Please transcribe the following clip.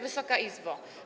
Wysoka Izbo!